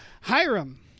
Hiram